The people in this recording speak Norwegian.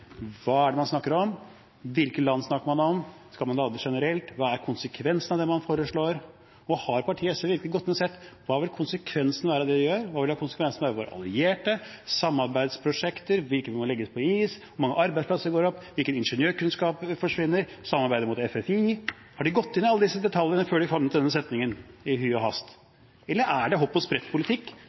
hva det er man snakker om, hvilke land snakker man om, skal man lage det generelt, og hva er konsekvensen av det man foreslår. Har partiet SV virkelig gått inn og sett på: Hva vil konsekvensen være av det de gjør? Hva vil konsekvensen være for våre allierte? Samarbeidsprosjekter vil kunne legges på is. Mange arbeidsplasser går tapt. Hvilken ingeniørkunnskap forsvinner? Hva med samarbeidet mot FFI? Har de gått inn i alle disse detaljene før de fant denne setningen – i hui og hast? Eller er det